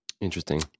Interesting